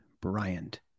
Bryant